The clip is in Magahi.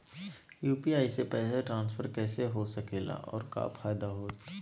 यू.पी.आई से पैसा ट्रांसफर कैसे हो सके ला और का फायदा होएत?